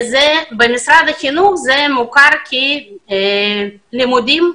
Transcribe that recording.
במשרד החינוך זה מוכר כלימודים משולבים,